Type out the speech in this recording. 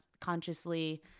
consciously